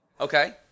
Okay